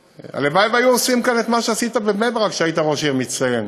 הלוואי שהיו עושים כאן את מה שעשית בבני-ברק כשהיית ראש עיר מצטיין,